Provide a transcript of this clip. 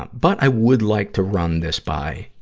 um but, i would like to run this by,